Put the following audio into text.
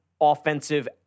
offensive